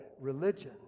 religion